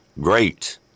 Great